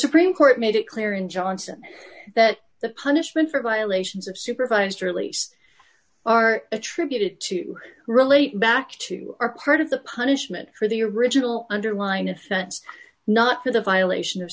supreme court made it clear in johnson that the punishment for violations of supervised release are attributed to relate back to our part of the punishment for the original underline offense not for the violation of